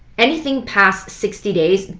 anything past sixty days,